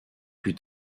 plus